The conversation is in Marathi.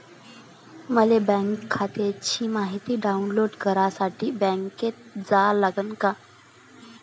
मले बँक खात्याची मायती डाऊनलोड करासाठी बँकेत जा लागन का?